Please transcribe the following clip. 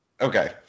okay